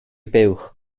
buwch